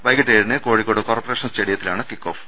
വൈകീട്ട് ഏഴി ന് കോഴിക്കോട് കോർപ്പറേഷൻ സ്റ്റേഡിയത്തിലാണ് കിക്കോഫ്